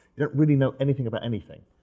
you don't really know anything about anything.